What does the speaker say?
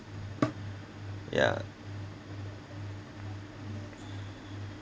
yeah